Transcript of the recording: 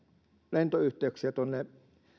lentoyhteyksiä tuonne